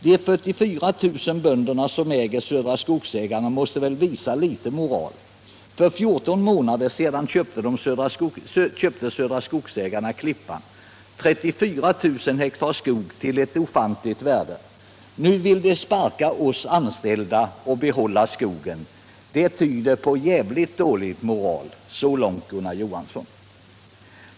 De fyrtiofyra tusen bönderna som äger Södra Skogsägarna måste väl visa lite moral. För fjorton månader sedan köpte Södra Skogsägarna Klippan, 34 000 hektar skog till ett ofantligt värde. Nu vill de sparka oss anställda och behålla skogen. Det tyder på djävligt dålig moral.” Så långt Gunnar Johansson.